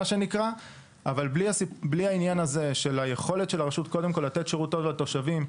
אבל לרשות צריכה להיות היכולת לתת שירות טוב לתושבים.